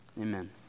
Amen